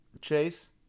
Chase